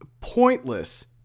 pointless